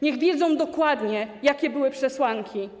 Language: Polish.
Niech wiedzą dokładnie, jakie były przesłanki.